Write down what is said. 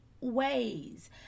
ways